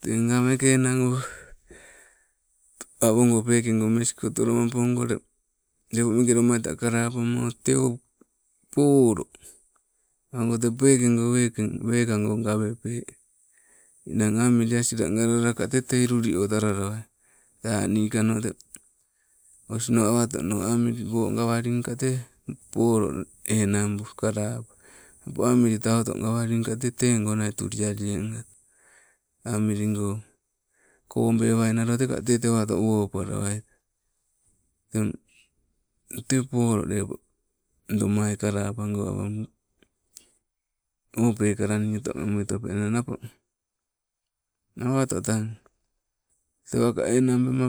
Te ngang meke enang o awongo pekonpongo mesko otolomampango ule, lepo meke lomaita kalamamo te o polo. Awago te pekego wekeng wekango gawepe. Ninang amili asila galala te tei luliotalalawai te a nikano te osino awatono, amili woo gawaling ka te, polo enangbu, kalapu napo amdi tauto gawaling ka te tego nai tolialie angata, amiligo, kogbewai nalo teka le tewato wopalawai, teng te polo lepo lomai kalapago wa, ol pekala nii otomemui nopenawato. Awa to tang, tewa ka enanag bema